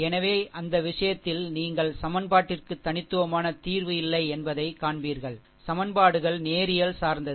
எனவே அந்த விஷயத்தில் நீங்கள் சமன்பாட்டிற்கு தனித்துவமான தீர்வு இல்லை என்பதைக் காண்பீர்கள் சமன்பாடுகள் நேரியல் சார்ந்தது